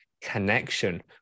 connection